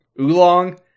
Oolong